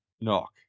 knock